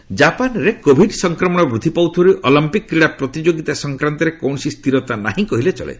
Olympic ଜାପାନରେ Covid ସଫକ୍ରମଣ ବୃଦ୍ଧି ପାଉଥିବାରୁ ଅଲମ୍ପିକ୍ କ୍ରୀଡ଼ା ପ୍ରତିଯୋଗିତା ସଂକ୍ରାନ୍ତରେ କୌଣସି ସ୍ଥିରତା ନାହିଁ କହିଲେ ଚଳେ